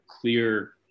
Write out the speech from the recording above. clear